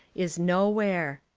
is nowhere.